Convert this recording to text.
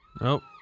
Nope